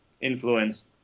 influence